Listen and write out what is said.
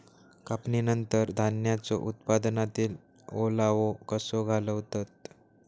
कापणीनंतर धान्यांचो उत्पादनातील ओलावो कसो घालवतत?